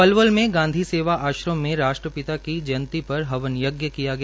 पलवल के गांधी सेवा आश्रम में राष्ट्रपिता जयंती पर हवन यज्ञ किया गया